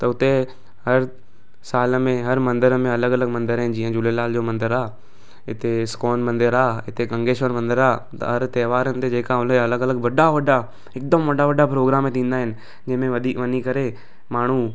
त हुते हर साल में हर मंदर में अलॻि अलॻि मंदर आहिनि जीअं झूलेलाल जो मंदरु आहे हिते इस्कॉन मंदरु आहे हिते गंगेश्वर मंदरु आहे हर त्योहारनि ते जेका मतिलबु वॾा वॾा हिकदमु वॾा वॾा प्रोग्राम थींदा आहिनि जंहिंमें वञी करे माण्हू